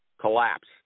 collapse